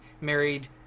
married